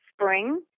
spring